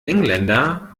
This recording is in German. engländer